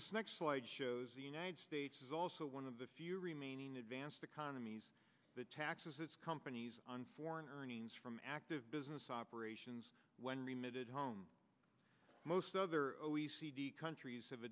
this next slide shows the united states is also one of the few remaining advanced economies the taxes companies on foreign earnings from active business operations when remitted home most other o e c d countries